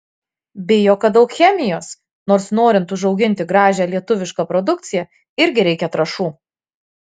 bijo kad daug chemijos nors norint užauginti gražią lietuvišką produkciją irgi reikia trąšų